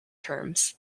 terms